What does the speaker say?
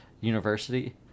university